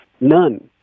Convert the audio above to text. none